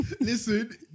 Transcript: Listen